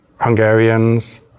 Hungarians